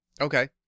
okay